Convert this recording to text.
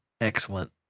Excellent